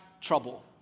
trouble